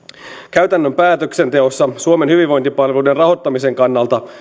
käytännön päätöksenteossa suomen hyvinvointipalveluiden rahoittamisen kannalta